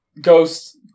ghost